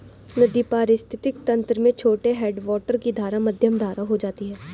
नदी पारिस्थितिक तंत्र में छोटे हैडवाटर की धारा मध्यम धारा हो जाती है